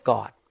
God